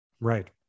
Right